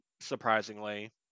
surprisingly